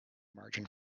margin